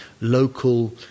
local